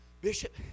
Bishop